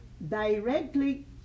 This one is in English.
directly